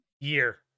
year